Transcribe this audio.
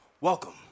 Welcome